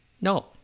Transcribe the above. No